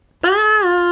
Bye